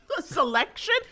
selection